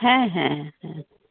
হ্যাঁ হ্যাঁ হ্যাঁ